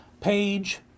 page